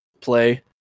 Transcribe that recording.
play